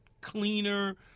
cleaner